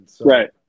Right